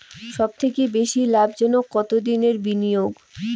সবথেকে বেশি লাভজনক কতদিনের বিনিয়োগ?